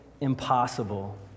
impossible